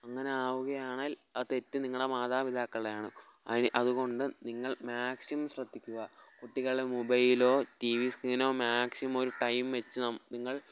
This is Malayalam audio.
അങ്ങനെ ആവുകയാണേൽ ആ തെറ്റ് നിങ്ങളെ മാതാപിതാക്കളുടെയാണ് അതിന് അതുകൊണ്ട് നിങ്ങൾ മാക്സിം ശ്രദ്ധിക്കുക കുട്ടികളെ മൊബൈലോ ടി വി സ്ക്രീനോ മാക്സിമം ഒരു ടൈം വെച്ച് നിങ്ങൾ വെച്ച്